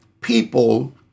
people